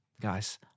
guys